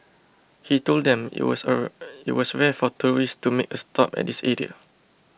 he told them it was it was rare for tourists to make a stop at this area